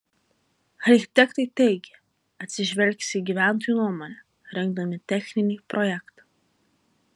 architektai teigė atsižvelgsią į gyventojų nuomonę rengdami techninį projektą